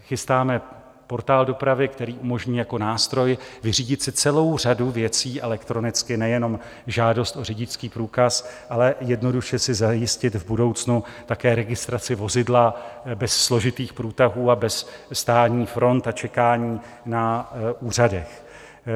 Chystáme portál dopravy, který umožní jako nástroj vyřídit si celou řadu věcí elektronicky, nejenom žádost o řidičský průkaz, ale jednoduše si zajistit v budoucnu také registraci vozidla bez složitých průtahů a bez stání front a čekání na úřadech.